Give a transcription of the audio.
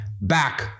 back